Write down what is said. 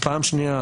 פעם שניה,